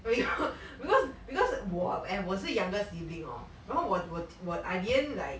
becau~ because because 我 eh 我是 younger sibling hor 然后我我我 I didn't like